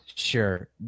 Sure